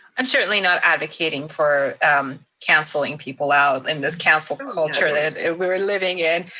i'm certainly not advocating for um canceling people out in this council culture that we're living in.